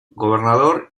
gobernador